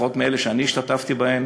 לפחות אלה שאני השתתפתי בהם,